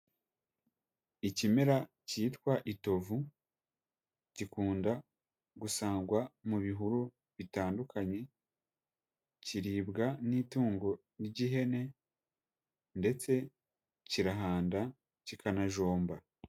Ikimera cyitwa itovu gikunda gusangwa mu bihuru bitandukanye, kiribwa n'itungo ry'ihene ndetse kirahanda kikanajomba.